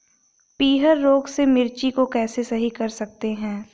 पीहर रोग से मिर्ची को कैसे सही कर सकते हैं?